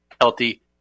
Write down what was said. healthy